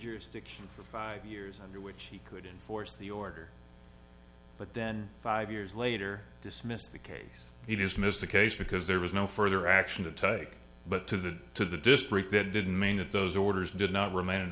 jurisdiction for five years under which he couldn't force the order but then five years later dismissed the case he dismissed the case because there was no further action to take but to the to the district that didn't mean that those orders did not remain in